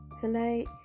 tonight